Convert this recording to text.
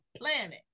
planet